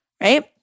right